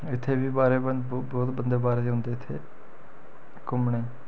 इत्थें बी बाह्र दे बंदे बोह्त बंदे बाह्र औंदे इत्थै घूमने गी